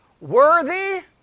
Worthy